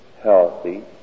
healthy